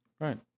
right